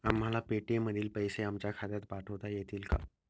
आम्हाला पेटीएम मधील पैसे आमच्या खात्यात पाठवता येतील का?